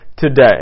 Today